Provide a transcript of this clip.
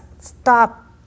Stop